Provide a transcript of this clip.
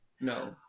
No